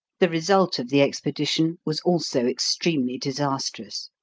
the result of the expedition was also extremely disastrous.